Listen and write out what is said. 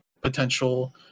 potential